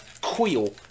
Quill